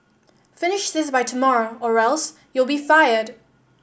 finish this by tomorrow or else you'll be fired